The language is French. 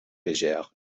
légère